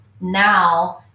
now